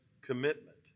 commitment